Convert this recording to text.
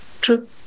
True